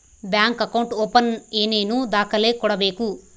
Bank account open ಏನೇನು ದಾಖಲೆ ಕೊಡಬೇಕು?